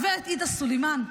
גברת עאידה סלימאן,